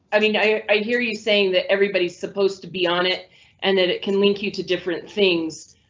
i mean i, i hear you saying that everybody is supposed to be on it and that it can link you to different things,